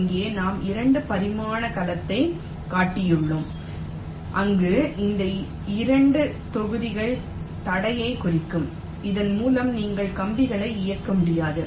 இங்கே நாம் 2 பரிமாண கலத்தைக் காட்டியுள்ளோம் அங்கு இந்த இருண்ட தொகுதிகள் தடையைக் குறிக்கும் இதன் மூலம் நீங்கள் கம்பிகளை வைக்க முடியாது